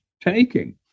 taking